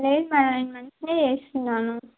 లేదు మ్యామ్ మంచిగానే చేస్తున్నాను